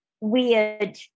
weird